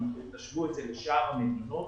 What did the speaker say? אם תשוו את זה לשאר המדינות,